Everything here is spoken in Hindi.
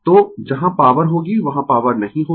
तो जहां पॉवर होगी वहां पॉवर नहीं होगी